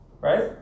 Right